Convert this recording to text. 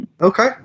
Okay